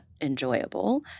enjoyable